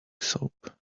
soap